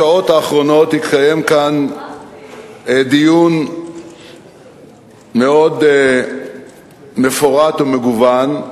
האחרונות התנהל כאן דיון מאוד מפורט ומגוון.